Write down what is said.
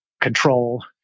control